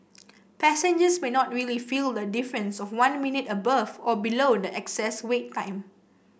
passengers may not really feel the difference of one minute above or below the excess wait time